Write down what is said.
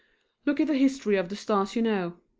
look at the history of the stars you know.